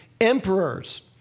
emperors